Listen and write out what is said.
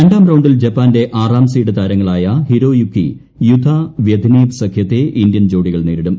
രണ്ടാം റൌണ്ടിൽ ജപ്പാന്റെ ആറാം സീഡ് താരങ്ങളായ ഹിരോയുകി യുതാ വൃത്നേബ് സഖ്യത്തെ ഇന്ത്യൻ ജോഡികൾ നേരിടും